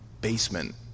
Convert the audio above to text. basement